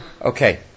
Okay